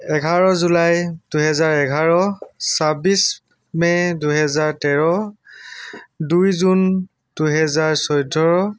এঘাৰ জুলাই দুহেজাৰ এঘাৰ ছাব্বিছ মে' দুহেজাৰ তেৰ দুই জুন দুহেজাৰ চৈধ্য